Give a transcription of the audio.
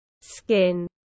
skin